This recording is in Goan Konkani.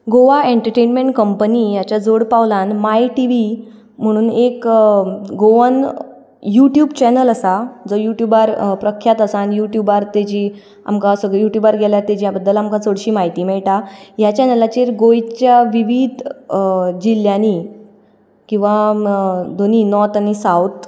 गोवा एन्टर्टेंनमँट कंपनी हाच्या जोडपावलान माय टी व्ही म्हणून एक गोवन यूट्यूब चॅनल आसा जो यूट्यूबार प्रक्यात आसा आनी यूट्यूबार तेजी आमकां यूट्यूबार गेल्यार आमकां तेच्या बद्दल चडशी म्हायती मेळटा हे चॅनलाचेर गोंयच्या विविध जिल्ल्यांनी किंवां दोनीय नोर्थ आनी साउथ